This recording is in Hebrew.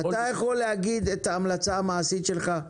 --- אתה יכול להגיד את ההמלצה המעשית שלך?